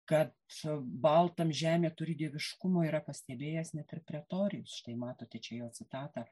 kad baltams žemė turi dieviškumo yra pastebėjęs net ir pretorijus štai matote čia jo citatą